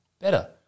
Better